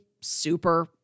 super